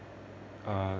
ah